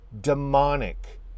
demonic